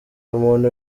umuntu